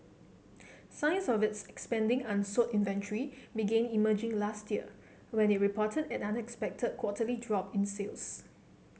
signs of its expanding unsold inventory began emerging last year when it reported an unexpected quarterly drop in sales